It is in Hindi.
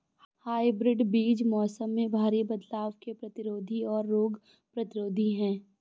हाइब्रिड बीज मौसम में भारी बदलाव के प्रतिरोधी और रोग प्रतिरोधी हैं